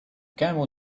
camel